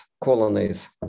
colonies